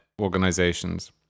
organizations